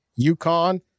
UConn